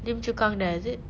lim chu kang there is it